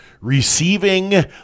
receiving